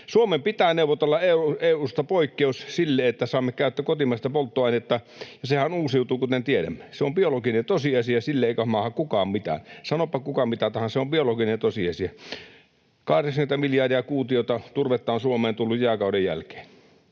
Suomen pitää neuvotella EU:sta poikkeus sille, että saamme käyttää kotimaista polttoainetta, ja sehän uusiutuu, kuten tiedämme. Se on biologinen tosiasia, sille ei mahda kukaan mitään. Sanoipa kuka mitä tahansa, se on biologinen tosiasia. 80 miljardia kuutiota turvetta on Suomeen tullut jääkauden jälkeen.